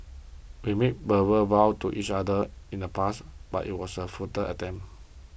we made verbal vows to each other in the past but it was a futile attempt